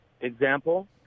example